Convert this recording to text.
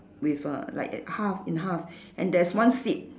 with err like err half in half and there's one seed